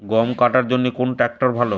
গম কাটার জন্যে কোন ট্র্যাক্টর ভালো?